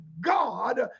God